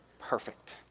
Perfect